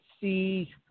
see